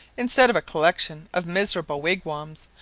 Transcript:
instead of a collection of miserable wigwams,